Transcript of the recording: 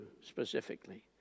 specifically